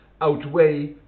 outweigh